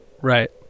Right